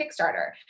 Kickstarter